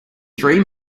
three